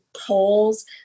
polls